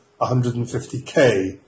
150K